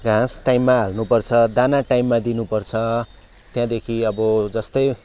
घाँस टाइममा हाल्नु पर्छ दाना टाइममा दिनु पर्छ त्यहाँदेखि अब जस्तै